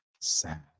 Sad